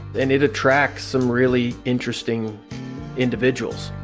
and it attracts some really interesting individuals,